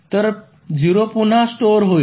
तर 0 पुन्हा स्टोअर होईल